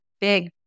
big